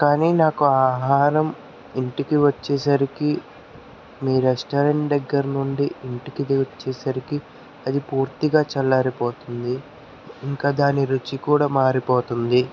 కానీ నాకు ఆ ఆహారం ఇంటికి వచ్చేసరికి మీ రెస్టారెంట్ దగ్గర నుండి ఇంటికి తెచ్చేసరికి అది పూర్తిగా చల్లారిపోతుంది ఇంకా దాని రుచి కూడా మారిపోతుంది